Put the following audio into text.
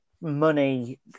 money